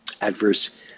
adverse